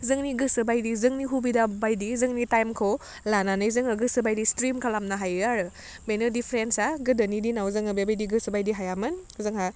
जोंनि गोसो बायदि जोंनि हुबिदा बायदि जोंनि थाइमखौ लानानै जोङो गोसो बायदि स्ट्रिम खालामनो हायो आरो बेनो दिफारेन्सआ गोदोनि दिनाव जोङो बेबायदि गोसोबायदि हायामोन जोंहा